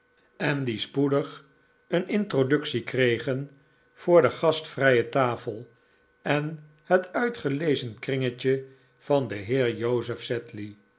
en die spoedig een introductie kregen voor de gastvrije tafel en het uitgelezen kringetje van den heer joseph